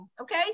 okay